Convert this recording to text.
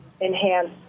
enhance